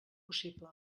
possible